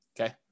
Okay